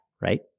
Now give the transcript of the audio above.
right